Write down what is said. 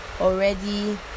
already